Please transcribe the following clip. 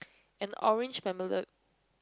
and orange marmalade